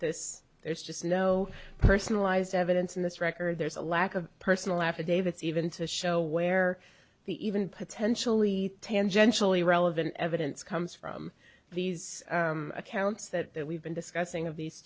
this there's just no personalised evidence in this record there's a lack of personal affidavits even to show where the even potentially tangentially relevant evidence comes from these accounts that we've been discussing of these